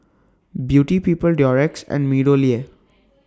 Beauty People Durex and Meadowlea